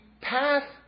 path